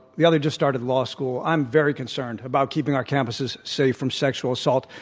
the other just started law school. i'm very concerned about keeping our campuses safe from sexual assault.